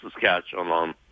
Saskatchewan